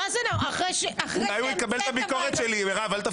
אולי הוא יקבל את הביקורת שלי, מירב, אל תפריעי.